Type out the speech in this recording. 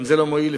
גם זה לא מועיל,